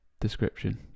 description